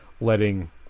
letting